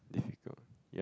difficult you want to